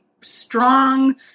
strong